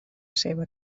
seva